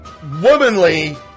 womanly